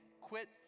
quit